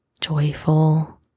joyful